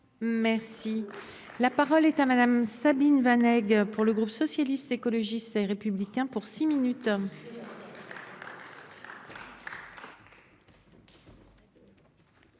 Merci la parole est à madame Sabine Vanek pour le groupe socialiste, écologiste et républicain pour six minutes.